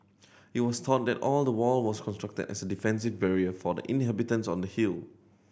it was thought that the wall was constructed as a defensive barrier for the inhabitants on the hill